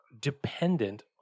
dependent